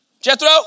Jethro